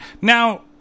Now